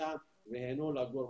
הפתרון המיידי זה לא להזיז,